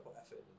effort